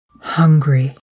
hungry